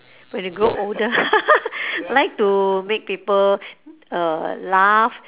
when you grow older I like to make people uh laugh